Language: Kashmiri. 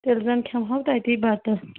تیٚلہِ زَن کھیٚو ہاو تٔتی بَتہٕ